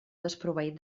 desproveït